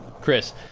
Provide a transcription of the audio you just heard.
Chris